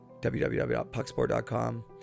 www.PuckSport.com